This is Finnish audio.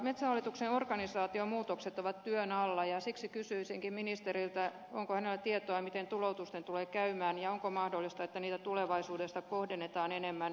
metsähallituksen organisaatiomuutokset ovat työn alla ja siksi kysyisinkin ministeriltä onko hänellä tietoa miten tuloutusten tulee käymään ja onko mahdollista että niitä tulevaisuudessa kohdennetaan enemmän alueille